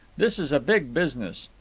this is a big business.